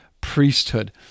priesthood